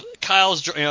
Kyle's